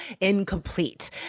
incomplete